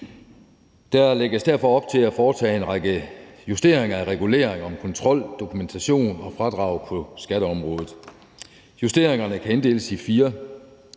Der lægges derfor op til at foretage en række justeringer af regulering af kontrol, dokumentation og fradrag på skatteområdet. Justeringerne kan inddeles i fire